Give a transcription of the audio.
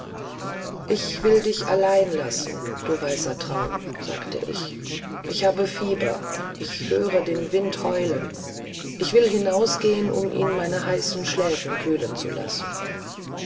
ich will dich allein lassen du weißer traum sagte ich ich habe fieber ich höre den wind heulen ich will hinausgehen um ihn meine heißen schläfen kühlen zu lassen